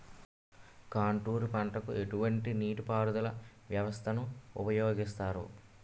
Contour పంటకు ఎటువంటి నీటిపారుదల వ్యవస్థను ఉపయోగిస్తారు?